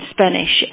Spanish